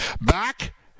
Back